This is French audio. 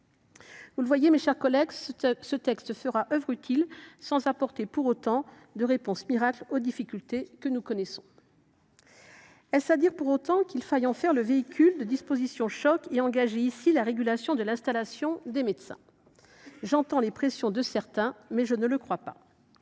Vous le constatez, mes chers collègues, ce texte fera œuvre utile sans apporter, pour autant, de réponse miracle aux difficultés que nous connaissons. Est ce à dire, pour autant, qu’il faille en faire le véhicule de dispositions choc et engager ici la régulation de l’installation des médecins ? J’entends les pressions de certains, mais je ne le crois pas.